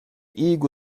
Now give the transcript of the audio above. igu